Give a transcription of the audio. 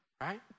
right